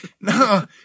No